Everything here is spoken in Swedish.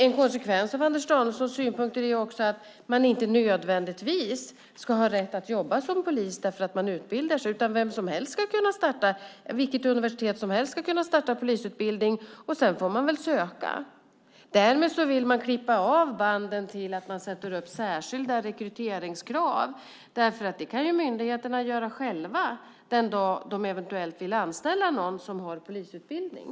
En konsekvens av Anders Danielssons synpunkter är också att man inte nödvändigtvis ska ha rätt att jobba som polis bara för att man utbildat sig. Vilket universitet som helst ska kunna starta polisutbildning, och sedan får man väl söka. Därmed vill man klippa av banden till detta med att sätta upp särskilda rekryteringskrav. Det kan ju myndigheterna göra själva den dag de eventuellt vill anställa någon som har polisutbildning.